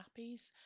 nappies